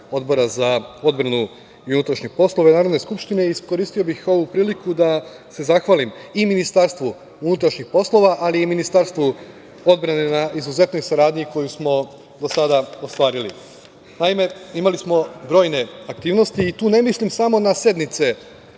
Odbora za odbranu i unutrašnje poslove Narodne skupštine i iskoristio bih ovu priliku da se zahvalim i Ministarstvu unutrašnjih poslova ali i Ministarstvu odbrane na izuzetnoj saradnji koju smo do sada ostvarili. Naime, imali smo brojne aktivnosti i tu ne mislim samo na sednice